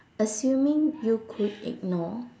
assuming you could ignore